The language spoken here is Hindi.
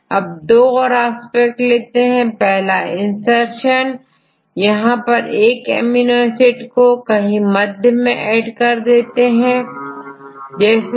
अब दो और एस्पेक्ट लेते हैं पहला insertionयहां पर हम एक एमिनो एसिड को कहीं मध्य में जोड़ देते हैं जैसेAIT मैं S जोड़ना